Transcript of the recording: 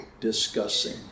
discussing